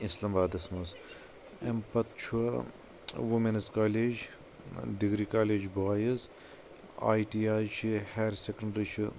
اسلام آبادس منٛز امہِ پتہٕ چھُ women's college degree college boys I T I چھِ ہایر سیٚکنڈری چھُ